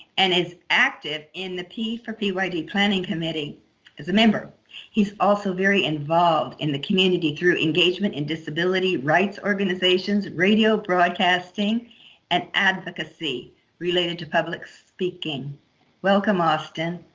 and is active in the p four p y d planning committee as a member he's also very involved in the community through engagement in disability rights organizations radio broadcasting and advocacy related to public speaking welcome austin